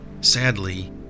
Sadly